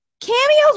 Cameos